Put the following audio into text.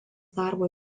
darbo